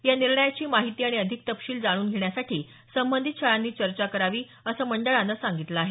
या निर्णयाची माहिती आणि अधिक तपशील जाणून घेण्यासाठी संबंधित शाळांशी चर्चा करावी असं मंडळानं सांगितलं आहे